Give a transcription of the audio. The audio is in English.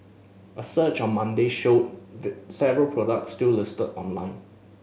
a search on Monday showed several products still listed online